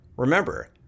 Remember